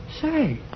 Say